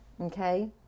okay